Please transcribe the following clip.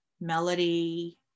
melody